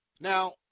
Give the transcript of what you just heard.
now